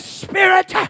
spirit